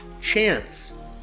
Chance